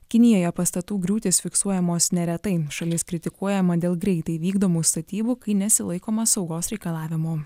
kinijoje pastatų griūtys fiksuojamos neretai šalis kritikuojama dėl greitai vykdomų statybų kai nesilaikoma saugos reikalavimų